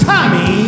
Tommy